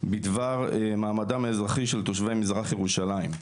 בדבר מעמדם האזרחי של תושבי מזרח ירושלים.